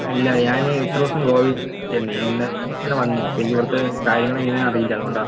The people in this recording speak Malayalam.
അല്ല ഞാൻ ഇത്ര ദിവസം ഗോവയിൽ ആയിരുന്നു ഞാൻ ഇന്നലെ വന്നതാണ് അപ്പം എനിക്ക് ഇവിടുത്തെ കാര്യങ്ങൾ എങ്ങനെയാണെന്ന് അറിയില്ല അതുകൊണ്ടാണ്